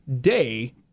day